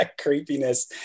creepiness